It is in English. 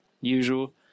usual